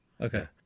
Okay